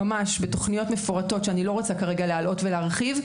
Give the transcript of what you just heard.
בתוכניות מפורטות שאני לא רוצה כרגע להלאות ולהחריב,